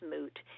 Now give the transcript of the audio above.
moot